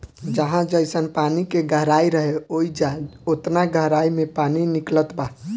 जहाँ जइसन पानी के गहराई रहे, ओइजा ओतना गहराई मे पानी निकलत बा